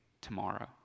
tomorrow